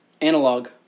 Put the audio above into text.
Analog